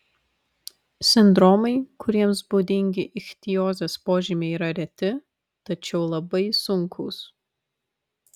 sindromai kuriems būdingi ichtiozės požymiai yra reti tačiau labai sunkūs